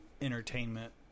entertainment